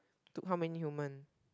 took how many human